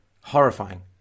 Horrifying